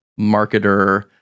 marketer